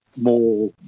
more